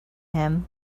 him